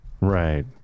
right